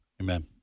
Amen